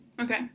Okay